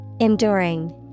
Enduring